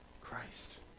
Christ